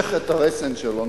נושך את הרסן שלו.